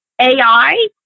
AI